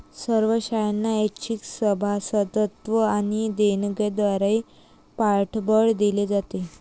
सर्व शाळांना ऐच्छिक सभासदत्व आणि देणग्यांद्वारे पाठबळ दिले जाते